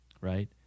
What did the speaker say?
Right